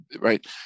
right